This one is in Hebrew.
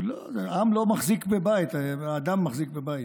עם לא מחזיק בית, אדם מחזיק בית.